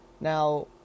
Now